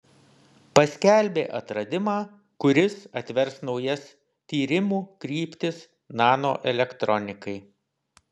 paskelbė atradimą kuris atvers naujas tyrimų kryptis nanoelektronikai